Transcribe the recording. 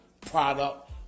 product